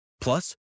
Plus